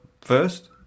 first